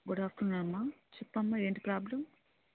good afternoon అమ్మ చెప్పమ్మా ఏంటి ప్రాబ్లం